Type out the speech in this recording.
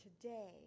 today